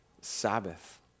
Sabbath